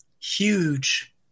huge